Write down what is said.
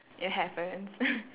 it happens